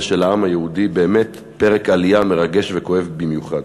של העם היהודי כפרק עלייה מרגש וכואב במיוחד.